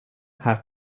have